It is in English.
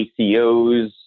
ACOs